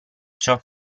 ciò